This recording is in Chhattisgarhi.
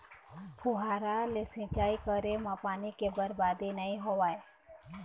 फुहारा ले सिंचई करे म पानी के बरबादी नइ होवय